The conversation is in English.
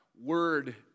word